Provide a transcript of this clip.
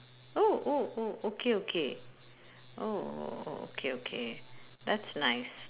oh oh oh okay okay oh oh okay okay that's nice